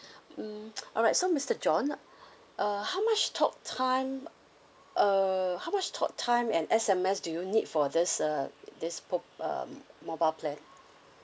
hmm alright so mister john uh how much talk time uh how much talk time and S_M_S do you need for this uh this mo~ um mobile plan